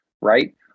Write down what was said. right